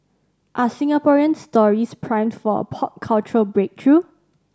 are Singaporean stories primed for a pop cultural breakthrough